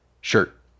shirt